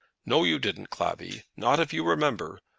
no, you didn't, clavvy not if you remember.